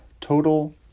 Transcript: Total